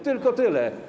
Tylko tyle.